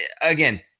again